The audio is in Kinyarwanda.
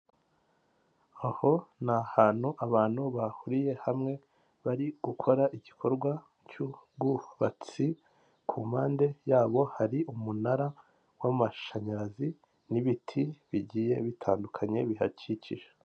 Aho ni ahantu abantu bahuriye hamwe bari gukora igikorwa cy'ubwubatsi, ku mpande yabo hari umunara w'amashanyarazi n'ibiti bigiye bitandukanye bihakikije.